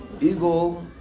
Eagle